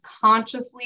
consciously